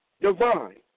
divine